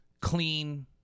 Clean